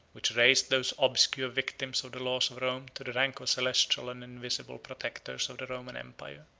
which raised those obscure victims of the laws of rome to the rank of celestial and invisible protectors of the roman empire.